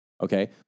Okay